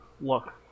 Look